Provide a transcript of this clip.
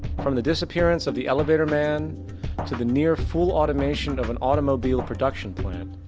from the disappearance of the elevator man to the near full automation of an automobile production plant,